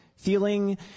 Feeling